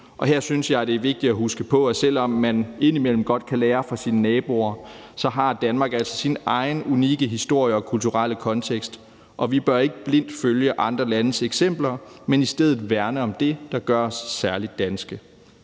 Her synes jeg, at det er vigtigt at huske på, at selv om man indimellem godt kan lære af sine naboer, har Danmark altså sin egen unikke historie og kulturelle kontekst, og vi bør ikke blindt følge andre landes eksempler, men i stedet værne om det, der gør os særlig danske.